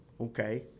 okay